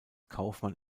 kaufmann